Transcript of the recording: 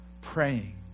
praying